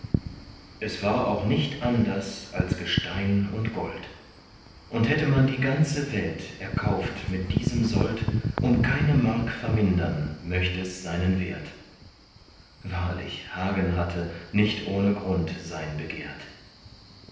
es war auch nicht anders als gestein und gold und hätte man die ganze welt erkauft mit diesem sold um keine mark vermindern möcht es seinen wert wahrlich hagen hatte nicht ohne grund sein begehrt